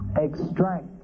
extract